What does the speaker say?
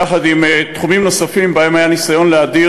יחד עם תחומים נוספים שבהם היה ניסיון להדיר